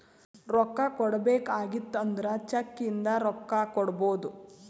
ರೊಕ್ಕಾ ಕೊಡ್ಬೇಕ ಆಗಿತ್ತು ಅಂದುರ್ ಚೆಕ್ ಇಂದ ರೊಕ್ಕಾ ಕೊಡ್ಬೋದು